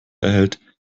erhält